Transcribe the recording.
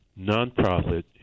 nonprofit